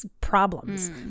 problems